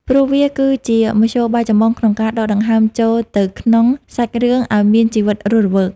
ព្រោះវាគឺជាមធ្យោបាយចម្បងក្នុងការដកដង្ហើមចូលទៅក្នុងសាច់រឿងឱ្យមានជីវិតរស់រវើក។